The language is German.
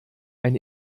ein